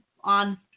on